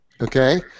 Okay